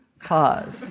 pause